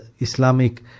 islamic